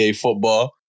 football